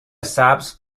سبز